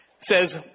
says